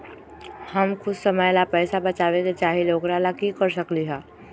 हम कुछ समय ला पैसा बचाबे के चाहईले ओकरा ला की कर सकली ह?